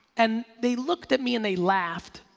and they looked at me and they laughed.